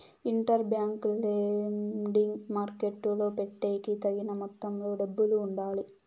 inter bank lending మార్కెట్టులో పెట్టేకి తగిన మొత్తంలో డబ్బులు ఉండాలి